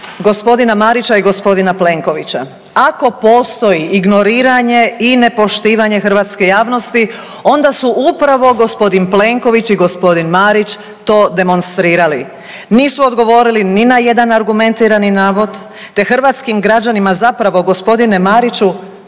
nazvati g. Marića i g. Plenkovića. Ako postoji ignoriranje i nepoštivanje hrvatske javnosti onda su upravo g. Plenković i g. Marić to demonstrirali. Nisu odgovorili ni na jedan argumentirani navod, te hrvatskih građanima zapravo g. Mariću